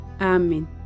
Amen